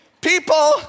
People